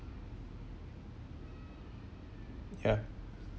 ya